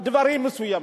דברים מסוימים.